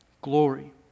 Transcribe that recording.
Glory